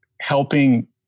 helping